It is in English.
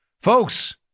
folks